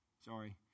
Sorry